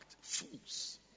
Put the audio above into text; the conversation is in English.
fools